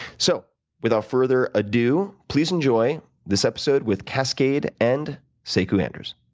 so without further ado, please enjoy this episode with kaskade and sekou andrews.